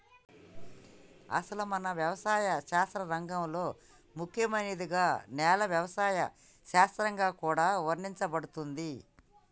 అసలు మన యవసాయ శాస్త్ర రంగంలో ముఖ్యమైనదిగా నేల యవసాయ శాస్త్రంగా కూడా వర్ణించబడుతుంది